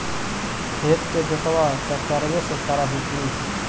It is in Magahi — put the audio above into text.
खेत के जोतबा ट्रकटर्बे से कर हू की?